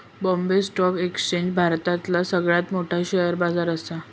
Bombay stock exchange भारतातला सगळ्यात मोठो शेअर बाजार असा